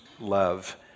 love